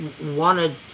wanted